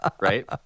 right